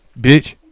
Bitch